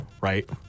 right